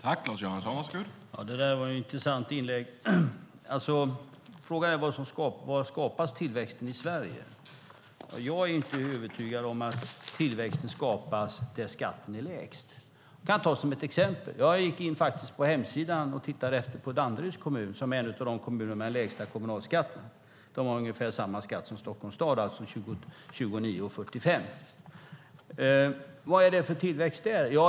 Herr talman! Det var ett intressant inlägg. Frågan är: Var skapas tillväxten i Sverige? Jag är inte övertygad om att tillväxten skapas där skatten är lägst. Vi kan ta ett exempel. Jag gick in på hemsidan och tittade efter på Danderyds kommun, som är en av de kommuner som har den lägsta kommunalskatten. Den har ungefär samma skatt som Stockholms stad, 29:45. Vad är det för tillväxt där?